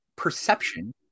perception